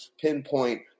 pinpoint